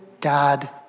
God